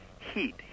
heat